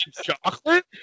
chocolate